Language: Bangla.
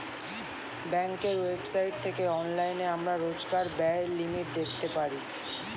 ব্যাঙ্কের ওয়েবসাইট থেকে অনলাইনে আমরা রোজকার ব্যায়ের লিমিট দেখতে পারি